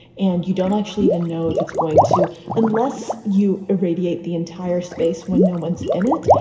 and you don't actually even know if it's going to unless you irradiate the entire space when no one's in it.